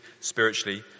spiritually